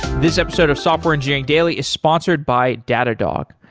this episode of software engineering daily is sponsored by datadog.